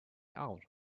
out